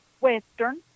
Western